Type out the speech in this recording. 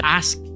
ask